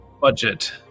budget